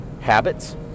habits